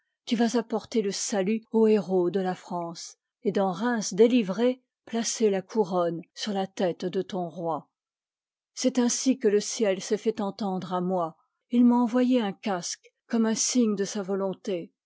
tu vas apporter le salut aux héros de la france et dans reims délivrée placer la couronne sur la tête de ton roi c'est ainsi que le ciel s'est fait entendre à moi m'a envoyé un casque comme un signe de sa volonté